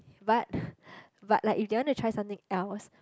but but like if they want to try something else